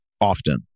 often